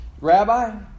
Rabbi